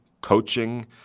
coaching